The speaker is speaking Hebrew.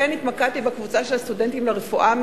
לכן התמקדתי בקבוצה של הסטודנטים לרפואה,